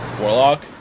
warlock